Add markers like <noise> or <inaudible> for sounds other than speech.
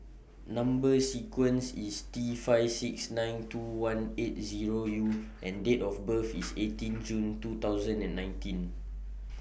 Number sequence IS T five six nine two one eight Zero U and Date of birth IS <noise> eighteen June two thousand and nineteen